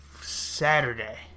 Saturday